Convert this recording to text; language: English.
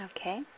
Okay